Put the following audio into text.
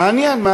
מעניין.